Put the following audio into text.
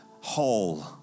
whole